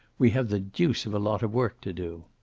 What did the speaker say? we have the deuce of a lot of work to do.